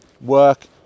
Work